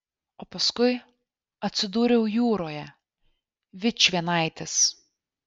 o paskui atsidūriau jūroje vičvienaitis